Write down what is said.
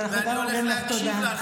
אז אנחנו גם אומרים לך תודה.